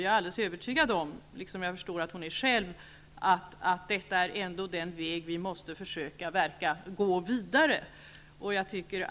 Jag är alldeles övertygad om -- liksom jag förstår att Maj Britt Theorin själv är -- att detta ändå är den väg som vi måste försöka gå vidare på.